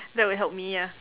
that would help me ya